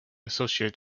associate